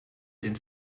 den